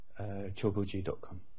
Choguji.com